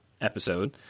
episode